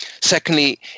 Secondly